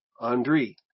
andri